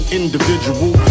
individual